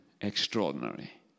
extraordinary